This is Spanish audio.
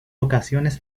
ocasiones